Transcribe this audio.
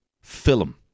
film